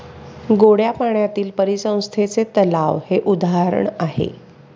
गोड्या पाण्यातील परिसंस्थेचे तलाव हे उदाहरण आहे